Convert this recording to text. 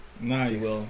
Nice